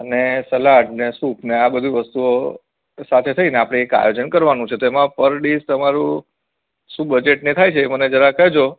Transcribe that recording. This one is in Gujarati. અને સલાડને સૂપને આ બધું વસ્તુઓ સાથે થઈને આપણે એક આયોજન કરવાનું છે તો એમાં પર ડિશ તમારું શું બજેટને એ થાય છે એ મને જરાક કહેજો